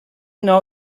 know